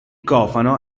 cofano